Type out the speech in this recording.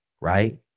right